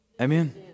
Amen